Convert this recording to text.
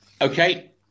Okay